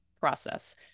process